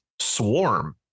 swarm